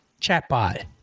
Chatbot